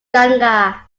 ganga